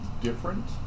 different